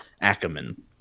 Ackerman